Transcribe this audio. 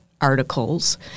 articles